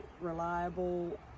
reliable